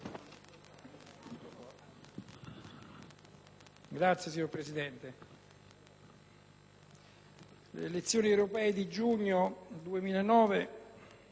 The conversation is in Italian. le elezioni europee di giugno 2009